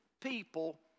people